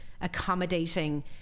accommodating